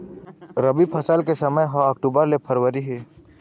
रबी फसल के समय ह अक्टूबर ले फरवरी हे